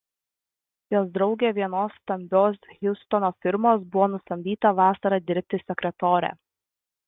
jos draugė vienos stambios hjustono firmos buvo nusamdyta vasarą dirbti sekretore